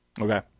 Okay